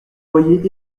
voyez